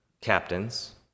captains